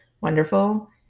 wonderful